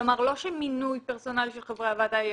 כלומר, לא שמינוי פרסונלי של חברי הוועדה יהיה.